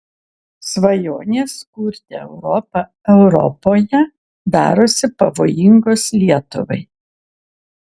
svajonės kurti europą europoje darosi pavojingos lietuvai